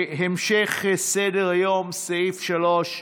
המשך סדר-היום, סעיף 3,